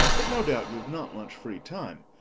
but no doubt youve not much free time.